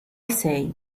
say